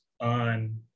on